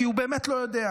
כי הוא באמת לא יודע.